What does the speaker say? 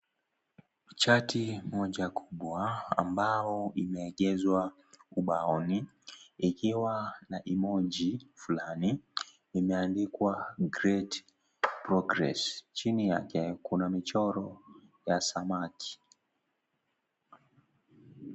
Chati moja kubwa ambayo imeegezwa ubaoni ikiwa na imoji fulani imeandikwa great progress chini yake kuna michoro ya samaki